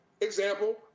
example